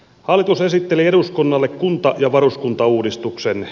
hallitus esitteli eduskunnalle kunta ja varuskuntauudistuksen